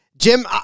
Jim